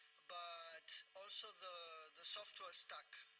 but also the the software stack.